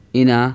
ina